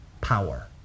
power